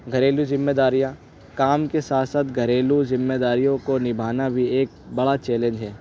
گھریلوں ذمے داریاں کام کے ساتھ ساتھ گھریلو ذمے داریوں کو نبھانا بھی ایک بڑا چیلینج ہے